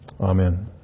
Amen